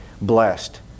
blessed